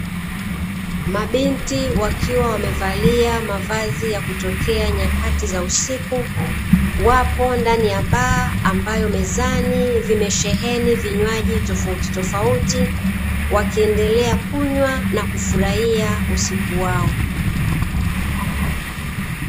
Mabinti wakiwa wamevalia mavazi ya kutokea nyakati za usiku, Wapo ndani ya baa ambayo mezani vimesheni vinywaji tofauti tofauti, wakiendelea kunywa na kufurahia usiku wao.